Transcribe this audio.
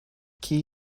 key